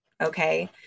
Okay